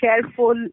careful